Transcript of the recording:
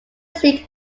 seat